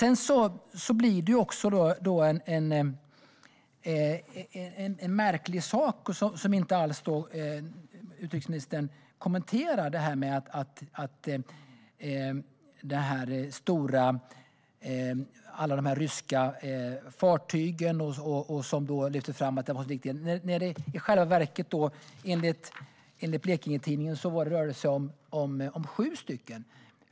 En märklig sak, som utrikesministern inte kommenterar, är alla dessa ryska fartyg som har lyfts fram. Enligt Blekinge Läns Tidning rör det sig i själva verket om sju stycken.